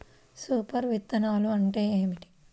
Super విత్తనాలు అంటే ఏమిటి?